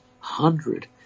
hundred